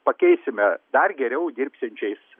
pakeisime dar geriau dirbsiančiais